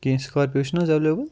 کینٛہہ سکارپیو چھِ نہ حٕظ ایویلیبٕل